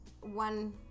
one